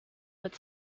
but